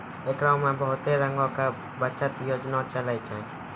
एकरा मे बहुते रंगो के बचत योजना चलै छै